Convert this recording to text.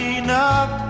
enough